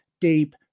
deep